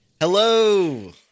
Hello